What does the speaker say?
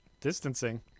distancing